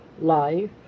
life